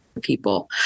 people